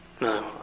No